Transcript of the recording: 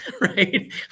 right